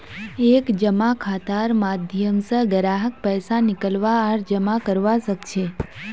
एक जमा खातार माध्यम स ग्राहक पैसा निकलवा आर जमा करवा सख छ